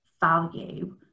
value